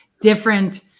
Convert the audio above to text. different